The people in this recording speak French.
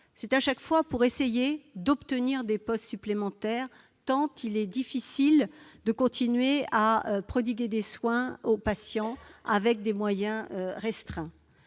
visent, à chaque fois, à obtenir des postes supplémentaires, tant il est difficile de continuer à prodiguer des soins aux patients avec des moyens restreints.